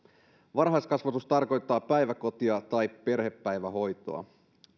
varhaiskasvatus tarkoittaa päiväkotia tai perhepäivähoitoa